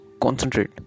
concentrate